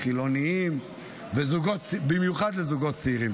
חילונים ובמיוחד לזוגות צעירים.